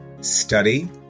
study